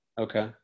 Okay